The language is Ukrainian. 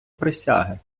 присяги